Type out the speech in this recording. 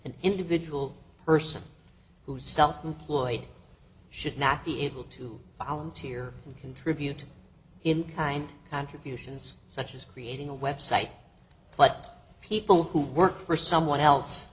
an individual person who is self employed should not be able to islands here contribute in kind contributions such as creating a website but people who work for someone else